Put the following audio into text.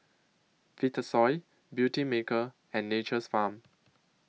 Vitasoy Beautymaker and Nature's Farm